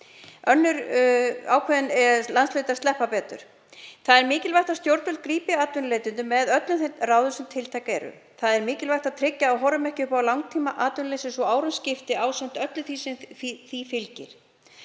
Aðrir landshlutar hafa sloppið betur. Það er mikilvægt að stjórnvöld grípi atvinnuleitendur með öllum þeim ráðum sem tiltæk eru. Það er mikilvægt að tryggja að við horfum ekki upp á langtímaatvinnuleysi svo árum skiptir ásamt öllu því sem því fylgir.